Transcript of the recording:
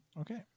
Okay